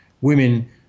women